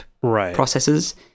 processes